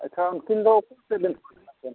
ᱟᱪᱪᱷᱟ ᱩᱱᱠᱤᱱ ᱫᱚ